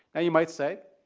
now you might say,